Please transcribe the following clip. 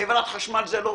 חברת החשמל לא רוצה,